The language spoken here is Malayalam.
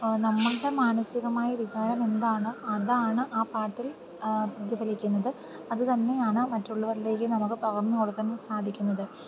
നമ്മളുടെ മാനസികമായ വികാരമെന്താണ് അതാണ് ആ പാട്ടിൽ പ്രതിഫലിക്കുന്നത് അത് തന്നെയാണ് മറ്റുള്ളവരിലേക്ക് നമുക്ക് പകർന്ന് കൊടുക്കാനും സാധിക്കുന്നത്